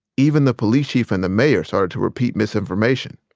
even the police chief and the mayor started to repeat misinformation.